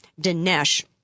Dinesh